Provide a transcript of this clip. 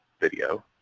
video